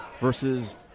versus